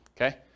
okay